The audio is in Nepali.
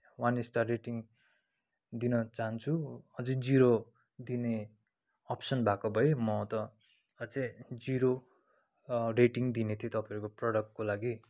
वान स्टार रेटिङ् दिन चाहन्छु अझै जिरो दिने ओप्सन भएको भए म त अझै जिरो रेटिङ् दिने थिएँ तपाईँहरूको प्रडक्टको लागि